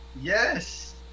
Yes